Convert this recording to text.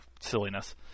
silliness